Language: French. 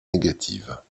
négatives